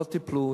לא טיפלו,